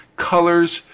Colors